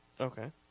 Okay